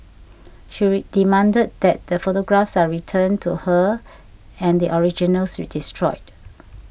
she demanded that the photographs are returned to her and the originals destroyed